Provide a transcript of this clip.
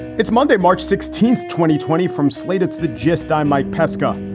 it's monday, march sixteenth, twenty twenty from slate, it's the gist. i'm mike pesca.